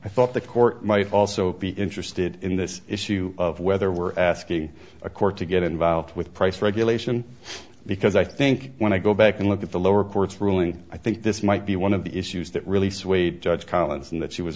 i thought the court might also be interested in this issue of whether we're asking a court to get involved with price regulation because i think when i go back and look at the lower court's ruling i think this might be one of the issues that really swayed judge collins and that she was